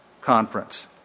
conference